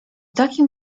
takim